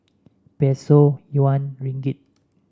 Peso Yuan Ringgit